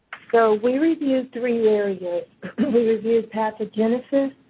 so, we reviewed three areas. we reviewed pathogenesis,